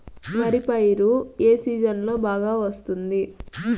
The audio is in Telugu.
వరి పైరు ఏ సీజన్లలో బాగా వస్తుంది